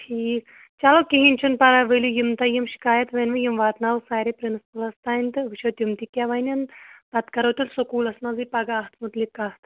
ٹھیٖک چلو کِہیٖنۍ چھُنہٕ پَرواے ؤلِو یِم تۄہہِ یِم شِکایَت ؤنوٕ یِم واتناوو سارے پٕرٕنٕسپلَس تانۍ تہٕ وٕچھو تِم تہِ کیٛاہ وَنٮ۪ن پَتہٕ کَرو تیٚلہِ سکوٗلَس منٛزٕے پَگاہ اَتھ مُتلِق کَتھ